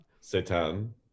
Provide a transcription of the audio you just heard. satan